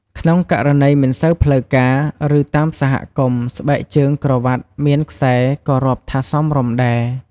ក្នុងករណីមិនសូវផ្លូវការ ឬ តាមសហគមន៍ ស្បែកជើងក្រវាត់មានខ្សែក៏រាប់ថាសមរម្យដែរ។